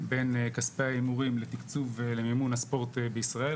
בין כספי ההימורים לתקצוב למימון הספורט בישראל,